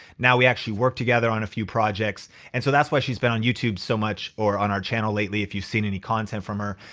now we actually work together on a few projects and so that's why she's been on youtube so much or on our channel lately if you've seen any content from her.